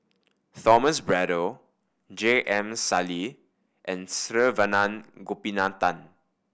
Thomas Braddell J M Sali and Saravanan Gopinathan